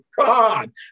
God